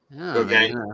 Okay